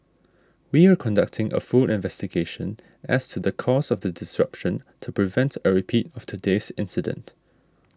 we are conducting a full investigation as to the cause of the disruption to prevent a repeat of today's incident